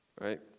Right